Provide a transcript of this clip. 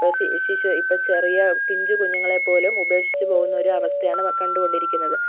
ഇപ്പോൾ സി ശിശു ഇപ്പോൾ ചെറിയ പിഞ്ചു കുഞ്ഞുങ്ങളെ പോലും ഉപേക്ഷിച്ച് പോകുന്നൊരവസ്ഥയാണ് കണ്ടുകൊണ്ടിരിക്കുന്നത്